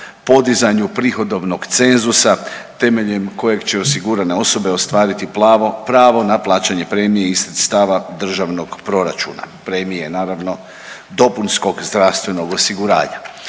podizanju prihodovnog cenzusa temeljem kojeg će osigurane osobe ostvariti pravo na plaćanje premije iz sredstava državnog proračuna, premije naravno, dopunskog zdravstvenog osiguranja.